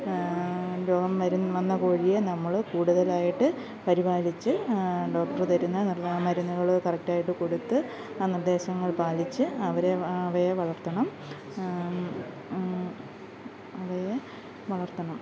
രോഗം വരുന്ന വന്ന കോഴിയെ നമ്മൾ കൂടുതലായിട്ട് പരിപാലിച്ച് ഡോട്ട്രു തരുന്ന നല്ല മരുന്നുകൾ കറക്റ്റായിട്ട് കൊടുത്ത് ആ നിർദ്ദേശങ്ങള് പാലിച്ച് അവരെ അവയെ വളര്ത്തണം അവയെ വളര്ത്തണം